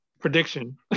prediction